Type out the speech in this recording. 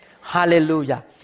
Hallelujah